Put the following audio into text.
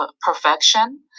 perfection